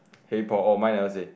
hey Paul oh mine never say